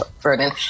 burden